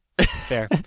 Fair